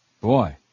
Boy